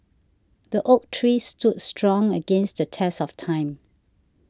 the oak tree stood strong against the test of time